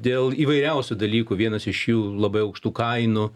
dėl įvairiausių dalykų vienas iš jų labai aukštų kainų